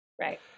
Right